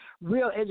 real